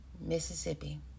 Mississippi